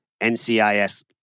NCIS